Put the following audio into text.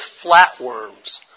flatworms